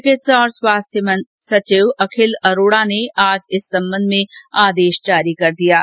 चिकित्सा और स्वास्थ्य सचिव अखिल अरोड़ा ने आज इस संबंध में आदेश भी जारी कर दिया है